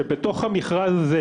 שבתוך המכרז הזה,